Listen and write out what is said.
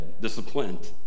disciplined